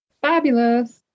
fabulous